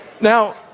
now